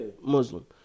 Muslim